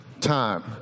time